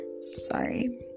sorry